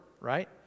Right